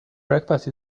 breakfast